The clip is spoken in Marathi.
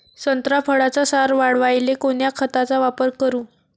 संत्रा फळाचा सार वाढवायले कोन्या खताचा वापर करू?